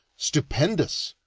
stupendous,